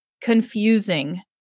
confusing